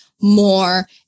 more